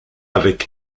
avec